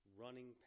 running